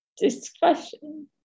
discussion